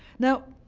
now,